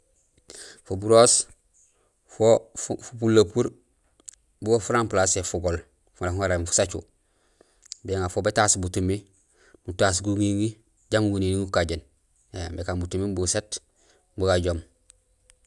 Fuburoos fo fupulopuur bo furampalasé fugool faan nak uŋaramé: fasacu. Béŋa fo bétaas butumi, nutaas guŋiŋi jambi guŋiŋi gukajéén éém, ékaan butumi buséét bu gajoom.